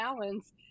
balance